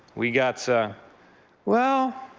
we got so ah well,